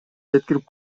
жеткирип